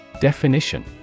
Definition